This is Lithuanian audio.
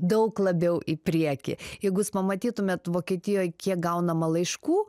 daug labiau į priekį jeigu jūs pamatytumėt vokietijoj kiek gaunama laiškų